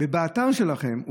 באתר שלכם,